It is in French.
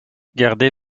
gardé